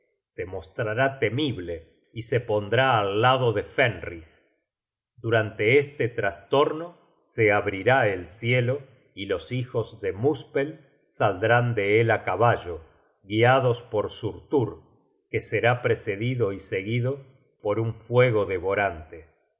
se mostrará temible y se pondrá al lado de fenris durante este trastorno se abrirá el cielo y los hijos de muspel saldrán de él á caballo guiados por surtur que será precedido y seguido por un fuego devorante